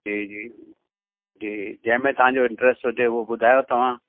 जी जी जी जंहिं में तव्हांजो इंट्रैस्ट हुजे उहो ॿुधायो तव्हां